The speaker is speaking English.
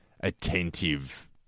attentive